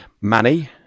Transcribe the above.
Manny